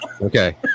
Okay